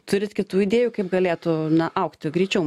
turit kitų idėjų kaip galėtų augti greičiau